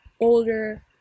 older